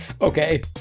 Okay